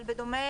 אבל בדומה